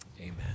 amen